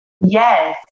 Yes